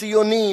ציוני,